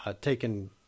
taken